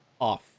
off